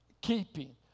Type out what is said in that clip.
keeping